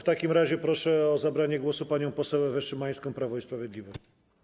W takim razie proszę o zabranie głosu panią poseł Ewę Szymańską, Prawo i Sprawiedliwość.